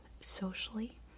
socially